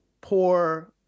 poor